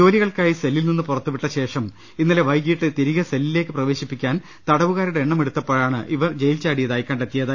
ജോലികൾക്കായി സെല്ലിൽ നിന്ന് പുറത്തുവിട്ട ശേഷം ഇന്നലെ വൈകീട്ട് തിരികെ സെല്ലിലേക്ക് പ്രവേശിപ്പി ക്കാൻ തടവുകാരുടെ എണ്ണമെടുത്തപ്പോഴാണ് ഇവർ ജയിൽ ചാടിയതായി കണ്ടെത്തിയത്